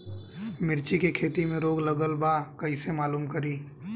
मिर्ची के खेती में रोग लगल बा कईसे मालूम करि?